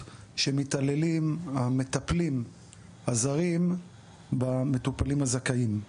שמתעללים המטפלים הזרים במטופלים הזכאים.